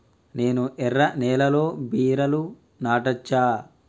నేను ఎర్ర నేలలో బీరలు నాటచ్చా?